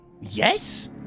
Yes